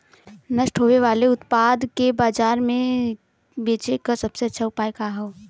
नष्ट होवे वाले उतपाद के बाजार में बेचे क सबसे अच्छा उपाय का हो?